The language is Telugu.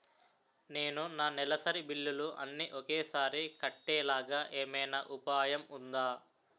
నేను నా నెలసరి బిల్లులు అన్ని ఒకేసారి కట్టేలాగా ఏమైనా ఉపాయం ఉందా?